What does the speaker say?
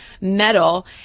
metal